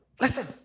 Listen